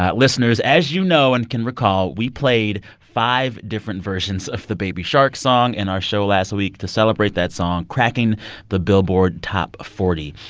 listeners, as you know and can recall, we played five different versions of the baby shark song in our show last week to celebrate that song cracking the billboard top forty.